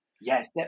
yes